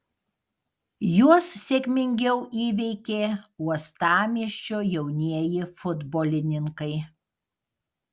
juos sėkmingiau įveikė uostamiesčio jaunieji futbolininkai